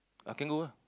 I can go ah